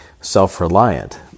self-reliant